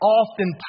often